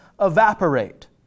evaporate